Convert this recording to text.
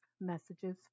messages